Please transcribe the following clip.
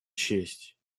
честь